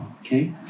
okay